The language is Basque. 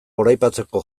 goraipatzeko